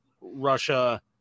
Russia